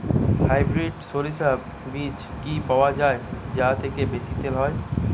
Hybrid শরিষা বীজ কি পাওয়া য়ায় যা থেকে বেশি তেল হয়?